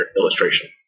illustration